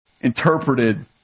interpreted